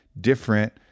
different